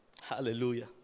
Hallelujah